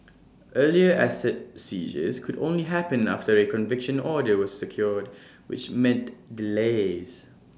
earlier asset seizures could only happen after A conviction order was secured which meant delays